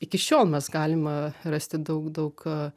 iki šiol mes galim rasti daug daug